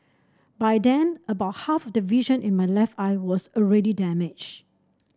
by then about half the vision in my left eye was already damaged